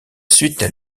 suite